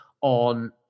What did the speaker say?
on